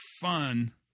fun